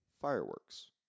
fireworks